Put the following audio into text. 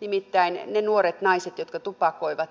nimittäin niillä nuorilla naisilla jotka tupakoivat